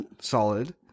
Solid